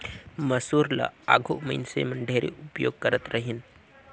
मूसर ल आघु मइनसे मन ढेरे उपियोग करत रहिन